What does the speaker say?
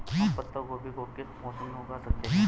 हम पत्ता गोभी को किस मौसम में उगा सकते हैं?